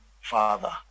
Father